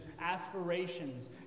aspirations